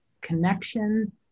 connections